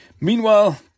Meanwhile